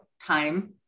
time